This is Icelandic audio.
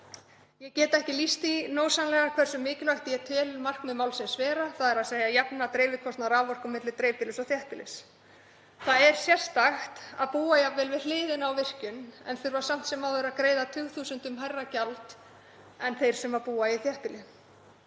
Ég get ekki lýst því nógsamlega hversu mikilvægt ég tel markmið málsins vera, þ.e. að jafna dreifikostnað á raforku milli dreifbýlis og þéttbýlis. Það er sérstakt að búa jafnvel við hliðina á virkjun en þurfa samt sem áður að greiða tugþúsundum hærra gjald en þeir sem búa í þéttbýli.